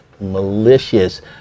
malicious